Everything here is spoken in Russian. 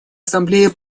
ассамблеи